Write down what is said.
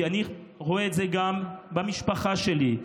כי אני רואה את זה גם במשפחה שלי.